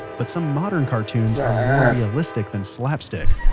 but some modern cartoons are more realistic than slap-stick,